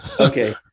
okay